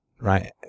right